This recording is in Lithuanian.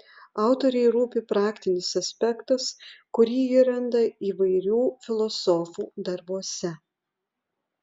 autorei rūpi praktinis aspektas kurį ji randa įvairių filosofų darbuose